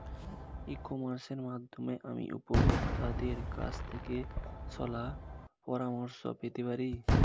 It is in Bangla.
ই কমার্সের মাধ্যমে আমি উপভোগতাদের কাছ থেকে শলাপরামর্শ পেতে পারি?